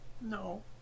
No